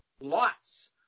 lots